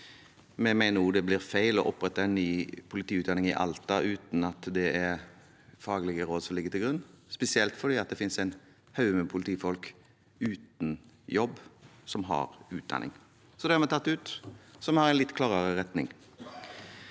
Vi mener også at det blir feil å opprette en ny politiutdanning i Alta uten at det er faglige råd som ligger til grunn, spesielt når det finnes en haug med utdannete politifolk uten jobb. Så det har vi også tatt ut. Vi har altså en litt klarere retning.